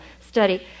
study